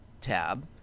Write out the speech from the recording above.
tab